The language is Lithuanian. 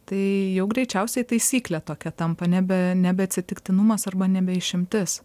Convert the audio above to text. tai jau greičiausiai taisykle tokia tampa nebe nebe atsitiktinumas arba nebe išimtis